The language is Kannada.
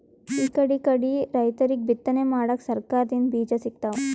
ಇಕಡಿಕಡಿ ರೈತರಿಗ್ ಬಿತ್ತನೆ ಮಾಡಕ್ಕ್ ಸರಕಾರ್ ದಿಂದ್ ಬೀಜಾ ಸಿಗ್ತಾವ್